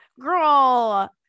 Girl